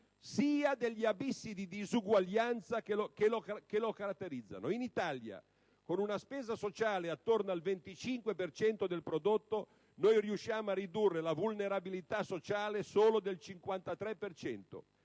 sia degli abissi di disuguaglianza che lo caratterizzano. In Italia, con una spesa sociale attorno al 25 per cento del prodotto, noi riusciamo a ridurre la vulnerabilità sociale solo del 53